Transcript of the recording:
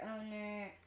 owner